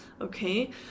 Okay